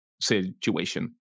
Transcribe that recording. situation